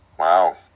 Wow